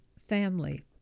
family